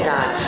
God